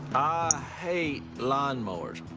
ah hate lawn mowers.